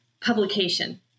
publication